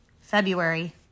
February